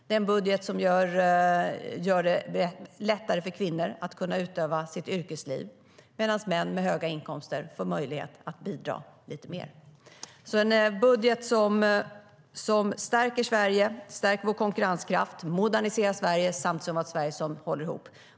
Det är en budget som gör det lättare för kvinnor att ha ett yrkesliv, medan män med höga inkomster får möjlighet att bidra med lite mer. Det här är en budget som stärker Sverige, stärker vår konkurrenskraft, moderniserar Sverige och ger förutsättningar för Sverige att hålla ihop.